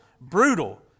brutal